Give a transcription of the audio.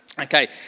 Okay